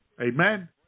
Amen